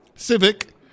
Civic